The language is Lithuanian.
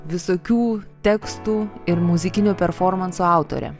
visokių tekstų ir muzikinių performansų autorė